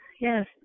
yes